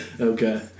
okay